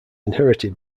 inherited